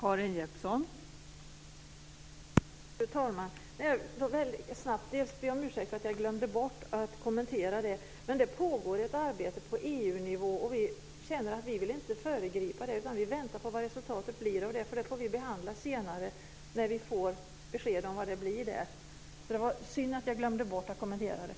Fru talman! Jag vill be om ursäkt för att jag glömde bort att kommentera det. Det pågår ett arbete på EU-nivå. Vi känner att vi inte vill förgripa det, utan vi väntar på vad resultatet blir. Det får vi behandla senare när vi får besked om vad det blir. Det var synd att jag glömde bort att kommentera det.